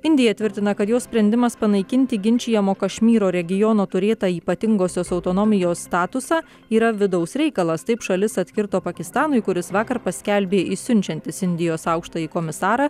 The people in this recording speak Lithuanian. indija tvirtina kad jos sprendimas panaikinti ginčijamo kašmyro regiono turėtą ypatingosios autonomijos statusą yra vidaus reikalas taip šalis atkirto pakistanui kuris vakar paskelbė išsiunčiantis indijos aukštąjį komisarą